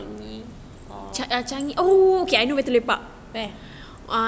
where